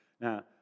Now